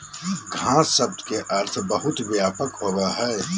घास शब्द के अर्थ बहुत व्यापक होबो हइ